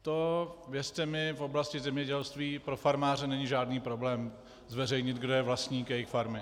To, věřte mi, v oblasti zemědělství pro farmáře není žádný problém zveřejnit, kdo je vlastník jejich farmy.